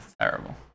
Terrible